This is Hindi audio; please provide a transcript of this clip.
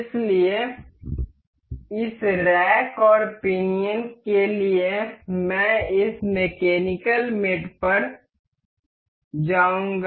इसलिए इस रैक और पिनियन के लिए मैं इस मैकेनिकल मेट पर जाऊंगा